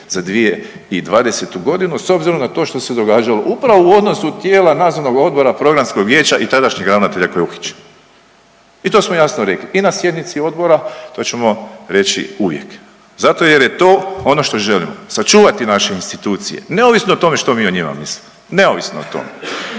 za 2020. godinu s obzirom na to što se događalo upravo u odnosu tijela Nadzornog odbora, Programskog vijeća i tadašnjeg ravnatelja koji je uhićen i to smo jasno rekli i na sjednici Odbora. To ćemo reći uvijek zato jer je to ono što želimo, sačuvati naše institucije neovisno o tome što mi o njima mislimo, neovisno o tome.